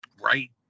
right